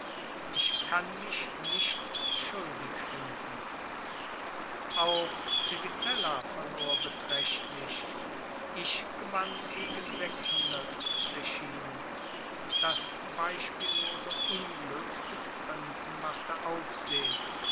ich kann mich nicht schuldig finden auch civitella verlor beträchtlich ich gewann gegen sechshundert zechinen das beispiellose unglück des prinzen machte aufsehen